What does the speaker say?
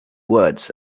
words